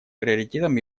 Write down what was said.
приоритетом